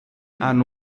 hanno